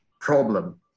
problem